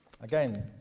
Again